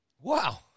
Wow